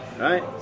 Right